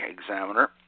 examiner